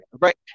right